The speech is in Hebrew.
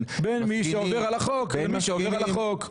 --- בין מי שעובר על החוק למי שעובר על החוק.